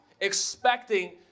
expecting